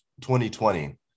2020